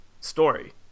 story